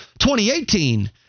2018